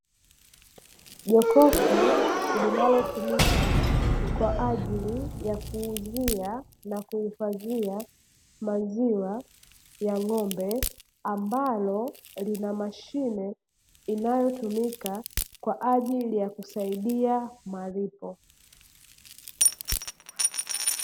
Jokofu linalotumika kwa ajili ya kuuzia na kuhifadhia maziwa ya ng'ombe, ambalo lina mashine inayotumika kwa ajili ya kusaidia malipo.